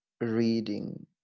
reading